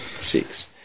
six